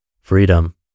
Freedom